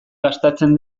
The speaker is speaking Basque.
gastatzen